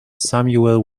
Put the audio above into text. samuel